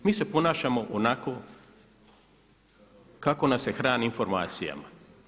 Mi se ponašamo onako kako nas se hrani informacijama.